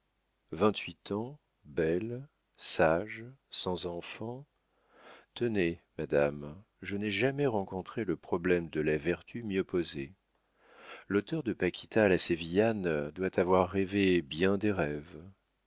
vingt-huit ans belle sage sans enfants tenez madame je n'ai jamais rencontré le problème de la vertu mieux posé l'auteur de paquita la sévillane doit avoir rêvé bien des rêves